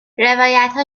روایتها